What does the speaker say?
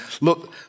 look